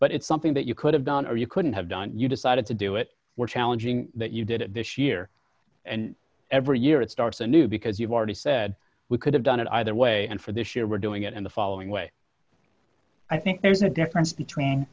but it's something that you could have done or you couldn't have done you decided to do it we're challenging that you did it this year and every year it starts a new because you've already said we could have done it either way and for this year we're doing it in the following way i think there's a difference between